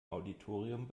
auditorium